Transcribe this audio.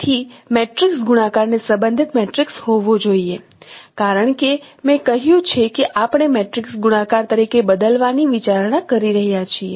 તેથી મેટ્રિક્સ ગુણાકાર ને સંબંધિત મેટ્રિક્સ હોવો જોઈએ કારણ કે મેં કહ્યું છે કે આપણે મેટ્રિક્સ ગુણાકાર તરીકે બદલવાની વિચારણા કરી રહ્યા છીએ